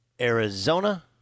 Arizona